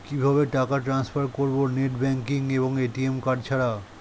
কিভাবে টাকা টান্সফার করব নেট ব্যাংকিং এবং এ.টি.এম কার্ড ছাড়া?